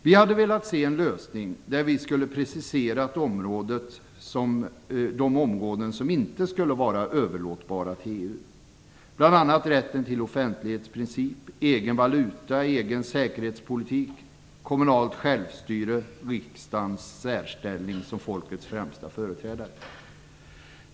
Vi hade velat se en lösning där vi skulle ha preciserat området som de områden som inte skulle vara överlåtbara till EU - bl.a. rätten till offentlighetsprincipen, egen valuta, egen säkerhetspolitik, kommunalt självstyre och riksdagens särställning som folkets främsta företrädare.